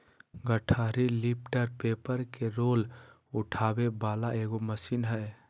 गठरी lifter paper के roll उठावे वाला एगो मशीन हइ